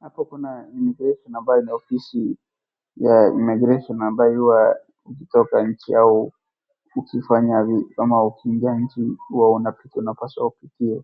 Hapo kuna[ cs]immigration ambayo ni ofisi ya immigration ambayo huwa ukitoka nchi au ukifanya ama ukiingia nchi huwa unapita na uanapasi upitie.